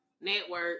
Network